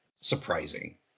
surprising